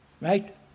Right